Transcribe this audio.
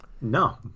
No